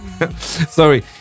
Sorry